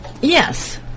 yes